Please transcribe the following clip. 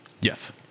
Yes